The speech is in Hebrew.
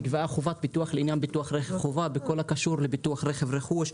נקבעה חובת ביטוח לעניין ביטוח רכב חובה בכל הקשור לביטוח רכב רכוש.